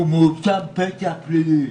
הוא מואשם בפשע פלילי.